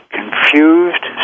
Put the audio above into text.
confused